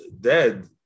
dead